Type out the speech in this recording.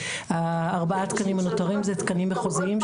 הארבעה תקנים הנותרים זה תקנים מחוזיים,